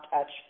touch